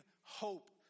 hope